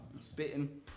spitting